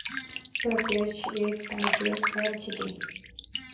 प्रत्यक्ष कर एक टाइपेर कर छिके